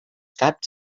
caps